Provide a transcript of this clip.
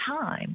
time